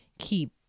keep